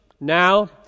now